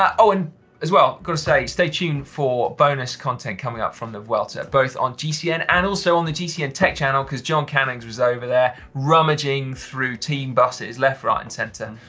um oh and as well, gotta stay stay tuned for bonus content coming up from the vuelta, both on gcn and also on the gcn tech channel, because john cannings was over there rummaging through team buses left, right, and center.